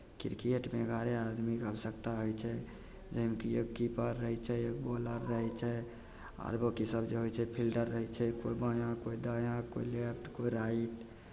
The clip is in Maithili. क्रिकेटमे एगारहे आदमीके आवश्यकता होइ छै जाहिमे कि एक कीपर रहै छै एक बॉलर रहै छै आर बाँकी सभ जे होइ छै फिल्डर रहै छै कोइ बाँया कोइ दाँया कोइ लेफ्ट कोइ राइट